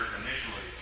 initially